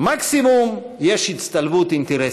מקסימום יש הצטלבות אינטרסים.